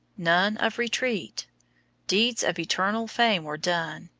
none of retreat deeds of eternal fame were done,